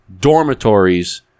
dormitories